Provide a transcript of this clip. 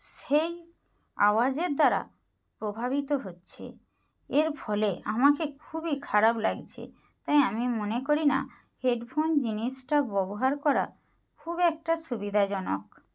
সেই আওয়াজের দ্বারা প্রভাবিত হচ্ছে এর ফলে আমাকে খুবই খারাপ লাগছে তাই আমি মনে করি না হেডফোন জিনিসটা ব্যবহার করা খুব একটা সুবিধাজনক